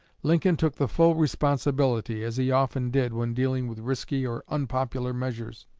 lincoln took the full responsibility, as he often did when dealing with risky or unpopular measures.